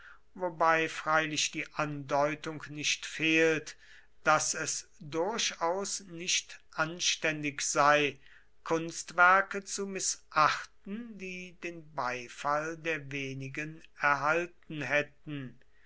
wobei freilich die andeutung nicht fehlt daß es durchaus nicht anständig sei kunstwerke zu mißachten die den beifall der wenigen erhalten hätten